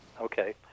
Okay